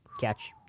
catch